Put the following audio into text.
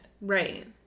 Right